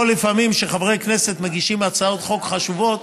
פה, לפעמים כשחברי כנסת מגישים הצעות חוק חשובות,